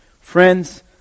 Friends